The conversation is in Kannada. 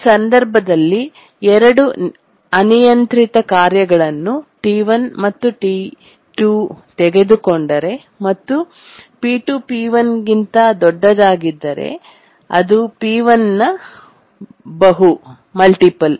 ಈ ಸಂದರ್ಭದಲ್ಲಿ 2 ಅನಿಯಂತ್ರಿತ ಕಾರ್ಯಗಳನ್ನು T1 ಮತ್ತು T2 ತೆಗೆದುಕೊಂಡರೆ ಮತ್ತು P2 P1 ಗಿಂತ ದೊಡ್ಡದಾಗಿದ್ದರೆ ಅದು P1 ನ ಬಹು ಮಲ್ಟಿಪಲ್